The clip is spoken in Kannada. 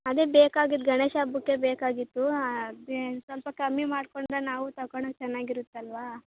ಅದೇ ಬೇಕಾಗಿದ್ದು ಗಣೇಶ ಹಬ್ಬಕ್ಕೆ ಬೇಕಾಗಿತ್ತು ಸ್ವಲ್ಪ ಕಮ್ಮಿ ಮಾಡಿಕೊಂಡರೆ ನಾವು ತಗೊಳ್ಳಕ್ಕೆ ಚೆನ್ನಾಗಿರತ್ತೆ ಅಲ್ವಾ